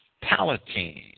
Palatine